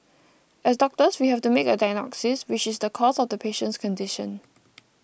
as doctors we have to make a diagnosis which is the cause of the patient's condition